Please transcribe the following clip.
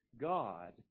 God